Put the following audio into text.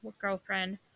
girlfriend